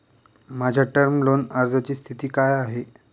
माझ्या term loan अर्जाची स्थिती काय आहे?